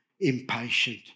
impatient